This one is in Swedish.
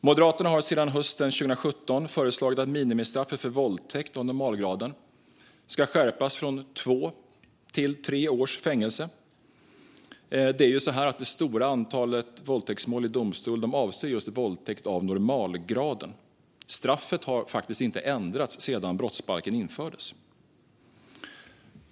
Moderaterna har sedan hösten 2017 föreslagit att minimistraffet för våldtäkt av normalgraden ska skärpas från två till tre års fängelse. Det stora antalet våldtäktsmål i domstol avser just våldtäkt av normalgraden. Straffet har faktiskt inte ändrats sedan brottsbalken infördes.